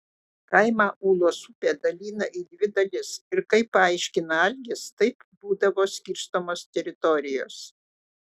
kaimą ūlos upė dalina į dvi dalis ir kaip paaiškina algis taip būdavo skirstomos teritorijos